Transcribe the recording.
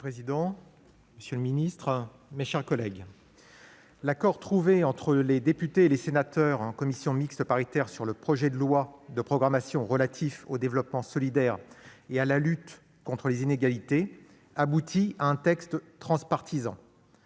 Monsieur le président, monsieur le ministre, mes chers collègues, l'accord trouvé entre les députés et les sénateurs en commission mixte paritaire sur le projet de loi de programmation relatif au développement solidaire et à la lutte contre les inégalités aboutit à un texte transpartisan.